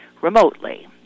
remotely